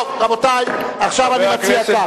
טוב, רבותי, עכשיו אני מציע כך.